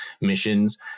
missions